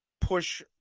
push